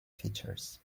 features